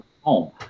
home